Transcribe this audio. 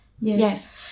Yes